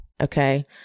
okay